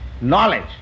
knowledge